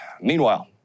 Meanwhile